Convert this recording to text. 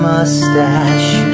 Mustache